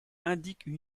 indiquent